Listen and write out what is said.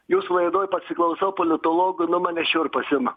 jūsų laidoj pasiklausau politologų nu mane šiurpas ima